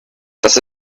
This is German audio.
das